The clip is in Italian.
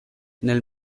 nel